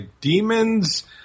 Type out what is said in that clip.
demons